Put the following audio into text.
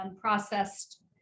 processed